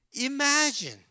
imagine